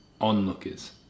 onlookers